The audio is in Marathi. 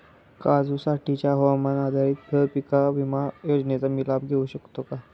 काजूसाठीच्या हवामान आधारित फळपीक विमा योजनेचा मी लाभ घेऊ शकतो का?